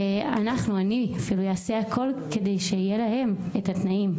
אנחנו, אני, אעשה הכל כדי שיהיו להם התנאים.